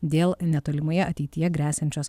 dėl netolimoje ateityje gresiančios